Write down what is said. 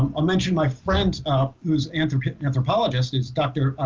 um ah mentioned my friend um who's anthropologist anthropologist it's dr.